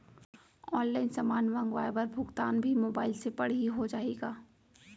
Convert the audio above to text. Online समान मंगवाय बर भुगतान भी मोबाइल से पड़ही हो जाही का?